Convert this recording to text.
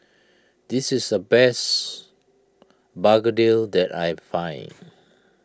this is the best Begedil that I can find